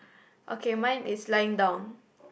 okay mine is lying down